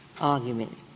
argument